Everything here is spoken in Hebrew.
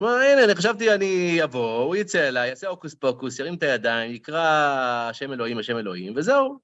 מה, הנה, אני חשבתי אני אבוא, הוא יצא אליי, יעשה הוקוס פוקוס, ירים את הידיים, יקרא השם אלוהים, השם אלוהים, וזהו.